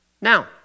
Now